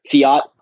fiat